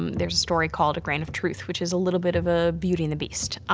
um there's a story called a grain of truth, which is a little bit of a beauty and the beast.